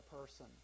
person